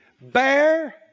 Bear